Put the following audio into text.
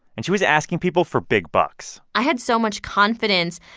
and she was asking people for big bucks i had so much confidence.